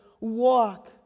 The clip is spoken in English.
walk